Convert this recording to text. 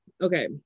Okay